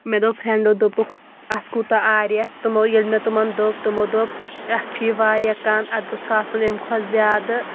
مےٚ دوٚپ فریٚنڈو دوٚپُکھ اَتھ کوٗتاہ آر ایٚس تِمو ییٚلہِ مےٚ تِمَن دوٚپ تِمو دوٚپ اَتھ چھُ یہِ واریاہ کَم اَتھ گوٚژھ آسُن اَمہِ کھۄتہٕ زیادٕ